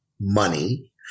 money